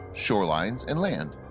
shorelines and land.